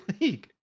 league